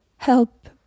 Help